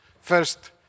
First